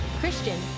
Christian